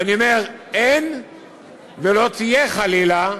ואני אומר: אין ולא תהיה, חלילה,